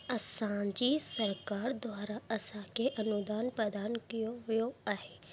असांजी सरकारु द्वारा असांखे अनुदान प्रदान कयो वियो आहे